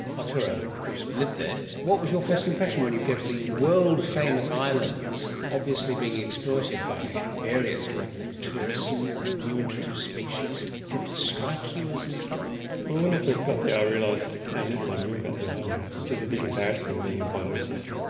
arturo of course lived there. what was your first impression when you go to these world-famous islands obviously being exploited by various modern things, tourism, new introduced species. did it strike you as in trouble? when i first got there i realised how little i knew about the islands, which is a bit embarrassing, being a biologist.